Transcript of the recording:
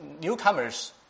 newcomers